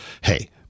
Hey